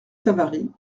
savary